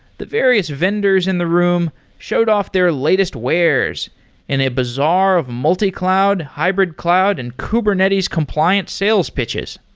the various vendors in the room showed off their latest wares in a bazaar of multi-cloud, hybrid cloud and kubernetes compliant sales pitches.